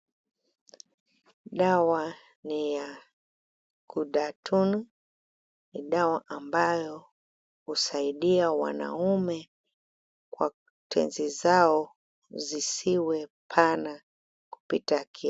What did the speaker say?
Dawa ni ya kudatonu. Ni dawa ambayo husaidia wanaume kwa tenzi zao zisiwe pana kupita kia.